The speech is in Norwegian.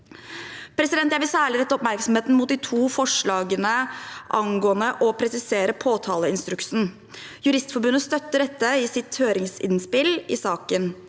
Jeg vil særlig rette oppmerksomheten mot de to forslagene angående å presisere påtaleinstruksen. Juristforbundet støtter dette i sitt høringsinnspill i saken.